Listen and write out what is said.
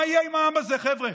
מה יהיה עם העם הזה, חבר'ה?